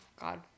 God